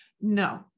No